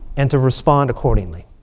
and to respond accordingly.